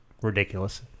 ridiculous